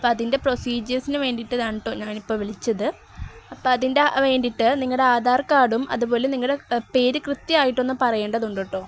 അപ്പോള് അതിൻ്റെ പ്രൊസീജേഴ്സിന് വേണ്ടിയിട്ടു കെട്ടോ ഞാനിപ്പോള് വിളിച്ചത് അപ്പോള് അതിൻ്റെ വേണ്ടിയിട്ട് നിങ്ങളുടെ ആധാർ കാർഡും അതുപോലെ നിങ്ങളുടെ പേരു കൃത്യമായിട്ടൊന്നു പറയേണ്ടതുണ്ട് കെട്ടോ